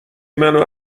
منو